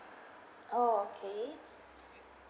oh okay